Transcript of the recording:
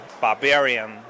barbarian